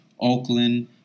Oakland